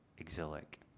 Exilic